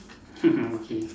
okay